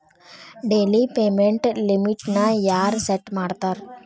daily payment ಲಿಮಿಟ್ನ ಯಾರ್ set ಮಾಡ್ತಾರಾ